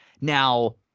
Now